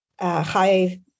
high